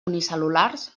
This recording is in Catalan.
unicel·lulars